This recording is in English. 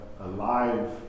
alive